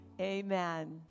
Amen